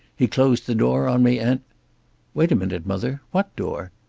he closed the door on me and wait a minute, mother. what door?